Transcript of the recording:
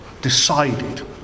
decided